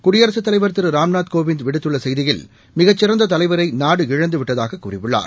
குடியரசுத் தலைவர் திருராம்நாத் கோவிந்த் விடுத்துள்ளசெய்தியில் மிகச் சிறந்ததலைவரைநாடு இழந்துவிட்டதாககூறியுள்ளார்